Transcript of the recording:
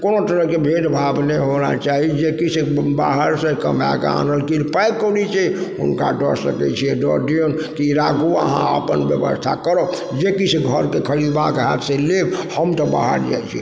कोनो तरहके भेदभाव नहि होना चाही जे किछु बाहरसँ कमाके आनलखिन पाइ कौड़ी से हुनका दऽ सकय छियै दऽ दियनु कि ई राखू अहाँ अपन व्यवस्था करब जे किछु घरके खरीदबाके हैत से लेब हम तऽ बाहर जाइ छी